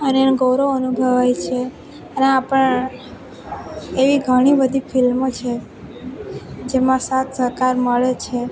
અને એનું ગૌરવ અનુભવાય છે અને આ પણ એવી ઘણી બધી ફિલ્મો છે જેમાં સાથ સહકાર મળે છે